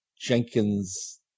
Jenkins